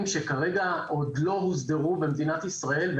שכרגע עוד לא הוסדרו במדינת ישראל.